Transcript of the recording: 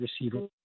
receiver